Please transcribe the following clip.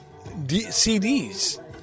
CDs